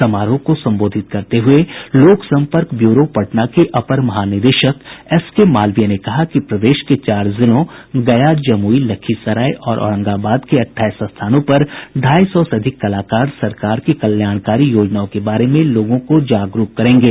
समारोह को संबोधित करते हुए लोक संपर्क ब्यूरो पटना के अपर महानिदेशक एसकेमालवीय ने कहा कि प्रदेश के चार जिलों गया जमुई लखीसराय और औरंगाबाद के अठाईस स्थानों पर ढ़ाई सौ से अधिक कलाकार सरकार की कल्याणकारी योजनाओं के बारे में लोगों को जागरूक करेंगे